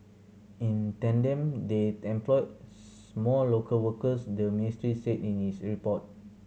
in tandem they employed more local workers the ministry said in its report